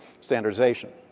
standardization